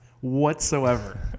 whatsoever